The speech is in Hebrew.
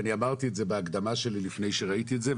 ואמרתי את זה בהקדמה שלי לפני שראיתי את זה,